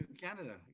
Canada